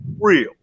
real